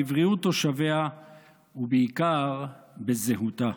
בבריאות תושביה ובעיקר בזהותה.